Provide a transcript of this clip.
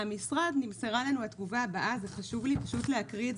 מהמשרד נמסרה לנו התגובה הבאה חשוב לי פשוט להקריא את